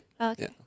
Okay